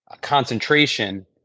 concentration